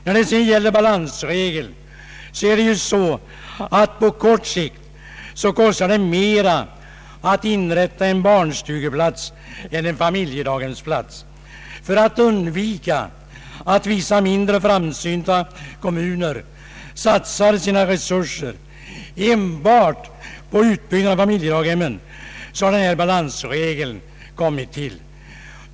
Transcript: När det sedan gäller balansregeln är det så att på kort sikt kostar det mer att inrätta en barnstugeplats än en familjedaghemsplats. För att undvika att vissa mindre framsynta kommuner satsar sina resurser enbart på utbyggnad av familjedaghem har denna balansregel kommit till.